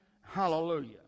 Hallelujah